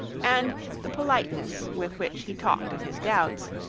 and the politeness with which he talked of his doubts,